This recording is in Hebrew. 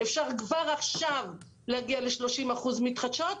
אפשר כבר עכשיו להגיע ל-30 אחוזי אנרגיות מתחדשות,